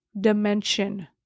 dimension